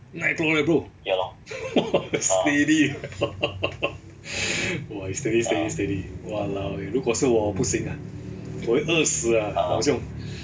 nine o'clock already eh bro !wah! steady !wah! you steady steady steady !walao! eh 如果是我我不行啊我会饿死啊老兄